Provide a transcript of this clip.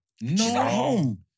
No